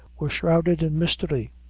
were shrouded in mystery.